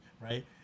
right